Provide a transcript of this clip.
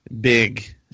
big